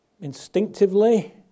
instinctively